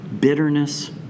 bitterness